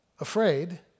afraid